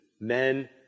men